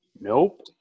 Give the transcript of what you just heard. Nope